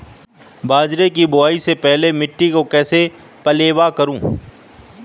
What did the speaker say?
बाजरे की बुआई से पहले मिट्टी को कैसे पलेवा करूं?